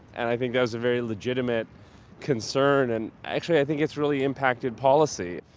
and i think that was a very legitimate concern and actually i think it's really impacted policy.